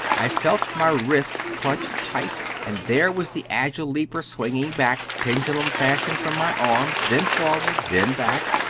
i felt my wrists clutched tight, and there was the agile leaper swinging back, pendulum fashion, from my arms, then forward, then back,